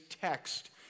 text